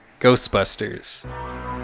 ghostbusters